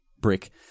brick